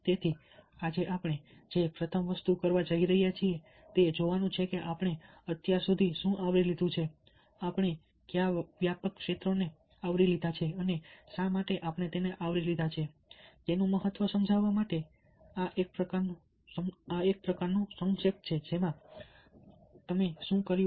તેથી આજે આપણે જે પ્રથમ વસ્તુ કરવા જઈ રહ્યા છીએ તે જોવાનું છે કે આપણે અત્યાર સુધી શું આવરી લીધું છે આપણે કયા વ્યાપક ક્ષેત્રોને આવરી લીધા છે અને શા માટે આપણે તેને આવરી લીધા છે તેનું મહત્વ સમજવા માટે એક પ્રકારનું સંક્ષેપ છે તેમાં અમે શું કર્યું